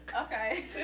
Okay